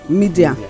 media